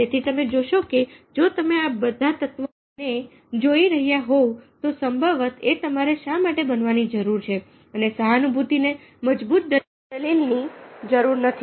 તેથી તમે જોશો કે જો તમે આ બધા તત્વો ને જોઇ રહ્યા હોવ તો સંભવત એ તમારે શા માટે બનવાની જરૂર છે અને સહાનુભૂતિ ને મજબૂત દલીલની જરૂર નથી